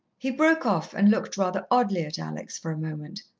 he broke off, and looked rather oddly at alex for a moment.